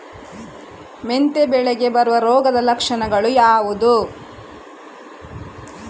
ಮೆಂತೆ ಬೆಳೆಗೆ ಬರುವ ರೋಗದ ಲಕ್ಷಣಗಳು ಯಾವುದು?